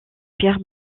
pierre